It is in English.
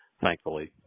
thankfully